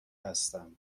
هستم